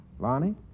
Lonnie